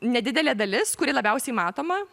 nedidelė dalis kuri labiausiai matoma